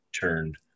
turned